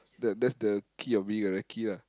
that that's the key of being a recce lah